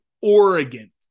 Oregon